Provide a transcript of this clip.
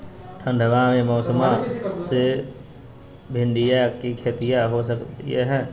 ठंडबा के मौसमा मे भिंडया के खेतीया हो सकये है?